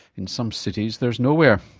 in some cities there's nowhere.